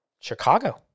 Chicago